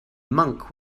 monk